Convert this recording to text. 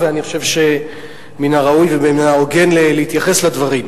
ואני חושב שמן הראוי ומן ההוגן להתייחס לדברים.